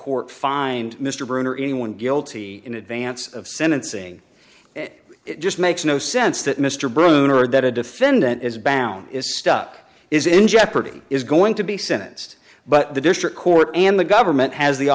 court find mr brown or anyone guilty in advance of sentencing it just makes no sense that mr bruner that a defendant is bound is stuck is in jeopardy is going to be sentenced but the district court and the government has the